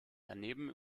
daneben